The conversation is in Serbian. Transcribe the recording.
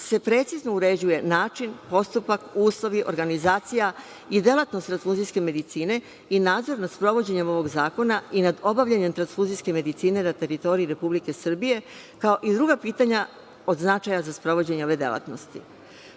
se precizno uređuje način, postupak, uslovi, organizacija i delatnost transfuzijske medicine i nadzor nad sprovođenjem ovog zakona i nad obavljanjem transfuzijske medicine na teritoriji Republike Srbije, kao i druga pitanja od značaja za sprovođenje ove delatnosti. Potreba